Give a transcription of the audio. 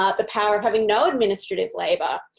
ah the power of having no administrative labour.